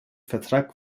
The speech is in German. vertrag